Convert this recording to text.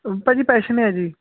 ਭਾਅ ਜੀ ਪੈਸ਼ਨ ਏ ਐ ਜੀ